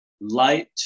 light